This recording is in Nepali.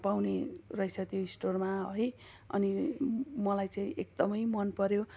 पाउने रहेछ त्यो स्टोरमा है अनि मलाई चाहिँ एकदमै मनपऱ्यो